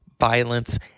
violence